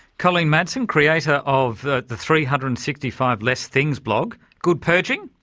colleen madsen, creator of the the three hundred and sixty five less things blog. good purging,